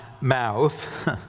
mouth